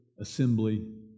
assembly